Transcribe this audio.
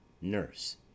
nurse